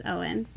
Owen